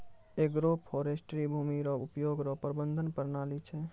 agroforestry भूमी रो उपयोग रो प्रबंधन प्रणाली छै